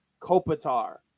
Kopitar